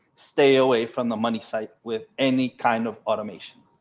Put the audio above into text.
stay away from the money site with any kind of automation.